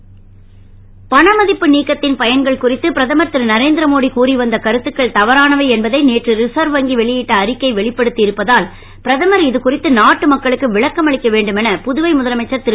நாராயணசாமி நீக்கத்தின் பயன்கள் பணமதிப்பு குறித்து பிரதமர் திரு நரேந்திரமோடி கூறிவந்த கருத்துக்கள் தவறானவை என்பதை நேற்று ரிசர்வ் வங்கி வெளியிட்ட அறிக்கை வெளிப்படுத்தி இருப்பதால் பிரதமர் இது குறித்து நாட்டு மக்களுக்கு விளக்கம் அளிக்க வேண்டுமென புதுவை முதலமைச்சர் திரு